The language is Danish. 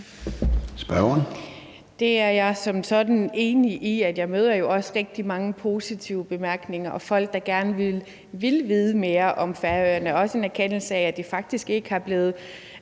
Det er jeg som sådan enig i. Jeg møder jo også rigtig mange positive bemærkninger og folk, der gerne vil vide mere om Færøerne, og også en erkendelse af, at de faktisk ikke er blevet